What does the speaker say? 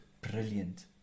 brilliant